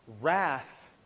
Wrath